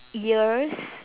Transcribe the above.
ears